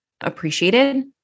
appreciated